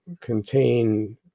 contain